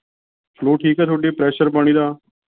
flow ਠੀਕ ਹੈ ਤੁਹਾਡੇ ਪ੍ਰੈਸ਼ਰ ਪਾਣੀ ਦਾ